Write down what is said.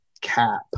cap